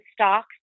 stocks